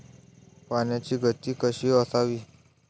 पाण्याची गती कशी असावी?